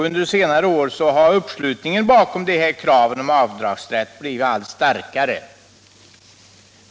Under senare år har uppslutningen bakom kraven på avdragsrätt blivit allt starkare.